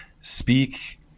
speak